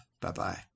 Bye-bye